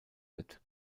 wird